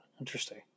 Interesting